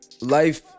life